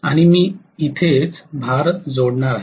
आणि इथेच मी भार जोडणार आहे